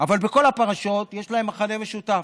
אבל לכל הפרשות יש מכנה משותף,